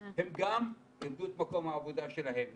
הם גם איבדו את מקום העבודה שלהם,